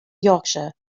yorkshire